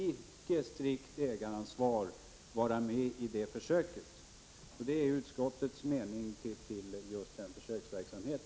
Det är utskottets mening när det gäller just denna försöksverksamhet.